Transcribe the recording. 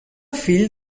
fill